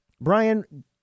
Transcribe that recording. Brian